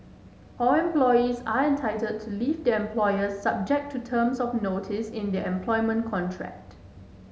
all employees are entitled to leave their employer subject to terms of notice in their employment contract